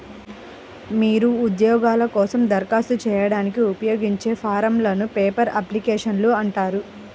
మీరు ఉద్యోగాల కోసం దరఖాస్తు చేయడానికి ఉపయోగించే ఫారమ్లను పేపర్ అప్లికేషన్లు అంటారు